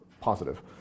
positive